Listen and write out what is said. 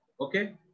Okay